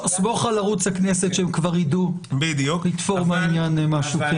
סמוך על ערוץ הכנסת שהם כבר ידעו לתפור מהעניין משהו.